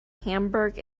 hamburg